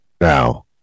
Now